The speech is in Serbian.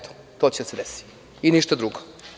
To će se desiti i ništa drugo.